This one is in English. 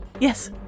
Yes